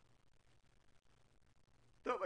טוב,